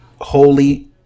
Holy